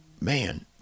man